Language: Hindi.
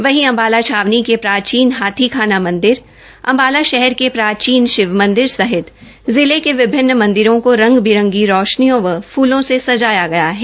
वहीं अम्बाला छावनी के प्राचीन हाथी खाना मंदिर अम्बाला के प्राचीन शिव मंदिर सहित पिले के विभिन्न मंदिरों का रंग बिरंगी रोशनियों व फूलों से से ाया गया है